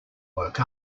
woke